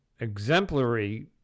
exemplary